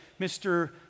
Mr